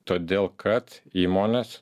todėl kad įmonės